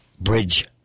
bridge